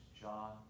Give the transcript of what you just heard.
John